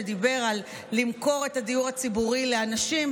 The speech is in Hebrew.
שדיבר על למכור את הדיור הציבורי לאנשים.